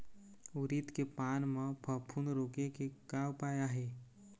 उरीद के पान म फफूंद रोके के का उपाय आहे?